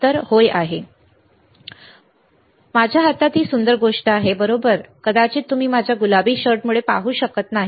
उत्तर माझ्या हातात ही सुंदर गोष्ट आहे बरोबर कदाचित तुम्ही माझ्या गुलाबी शर्टमुळे पाहू शकत नाही